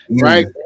right